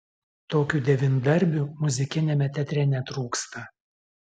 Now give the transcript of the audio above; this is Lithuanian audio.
tokių devyndarbių muzikiniame teatre netrūksta